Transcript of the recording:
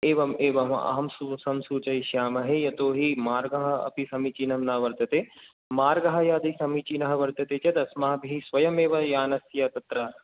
एवम् एवम् अहं तं सूचयिष्यामहे यतो हि मार्गः अपि समीचिनं न वर्तते मार्गः यदि समीचिनः वर्तते चेत् अस्माभिः स्वयमेव यानस्य तत्र